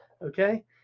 Okay